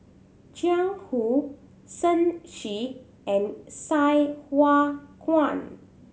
Jiang Hu Shen Xi and Sai Hua Kuan